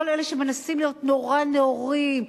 כל אלה שמנסים להיות נורא נאורים.